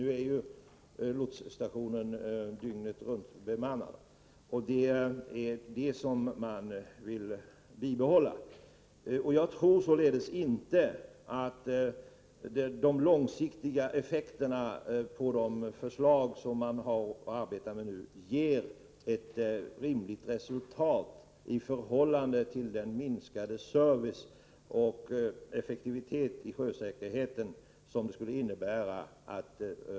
Nu är lotsstationen bemannad dygnet runt, och den organisationen vill man bibehålla. Jag tror inte att de långsiktiga effekterna av det förslag som sjöfartsverket nu arbetar med skulle ge ett rimligt resultat. Att avbemanna Idö lotsplats skulle nämligen innebära minskad service och sämre effektivitet när det gäller att upprätthålla sjösäkerheten.